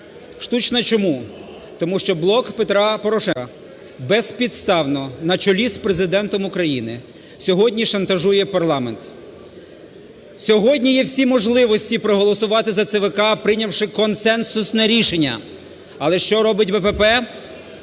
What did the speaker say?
Штучно, чому? Тому що "Блок Петра Порошенка" безпідставно на чолі з Президентом України сьогодні шантажує парламент. Сьогодні є всі можливості проголосувати за ЦВК, прийнявши консенсусне рішення. Але що робить БПП?